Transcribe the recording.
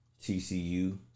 TCU